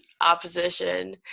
opposition